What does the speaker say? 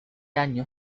año